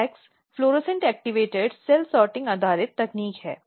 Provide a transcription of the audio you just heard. FACS fluorescence activated cell sorting आधारित तकनीक है